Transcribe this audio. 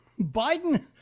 Biden